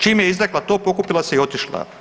Čim je izrekla to, pokupila se i otišla.